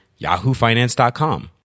yahoofinance.com